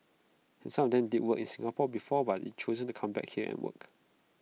and some of them did work in Singapore before but they've chosen to come back here and work